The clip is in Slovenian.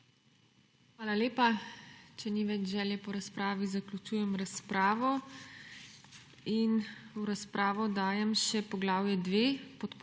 Hvala lepa. Če ni več želje po razpravi, zaključujem razpravo. V razpravo dajem še poglavje 2, podpoglavje